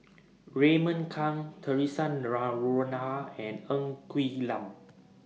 Raymond Kang Theresa Noronha and Ng Quee Lam